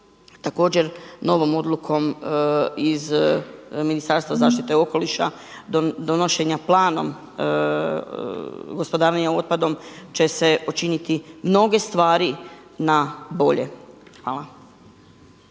također novom odlukom iz Ministarstva zaštite okoliša, donošenja Planom gospodarenja otpadom će se učiniti mnoge stvari na bolje. Hvala.